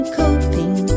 coping